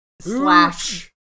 slash